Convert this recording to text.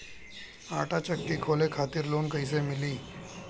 आटा चक्की खोले खातिर लोन कैसे मिली?